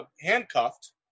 handcuffed